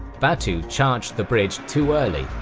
batu charged the bridge too early,